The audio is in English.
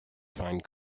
find